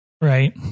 Right